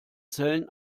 zellen